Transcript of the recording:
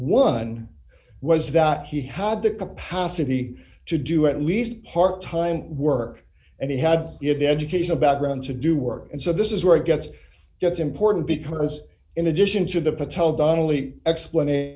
one was that he had the capacity to do at least part time work and he had a good educational background to do work and so this is where it gets that's important because in addition to the patel donnelly explanation